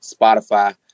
Spotify